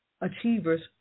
achievers